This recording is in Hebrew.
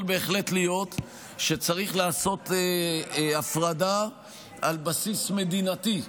יכול בהחלט להיות שצריך לעשות הפרדה על בסיס מדינתי,